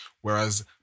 whereas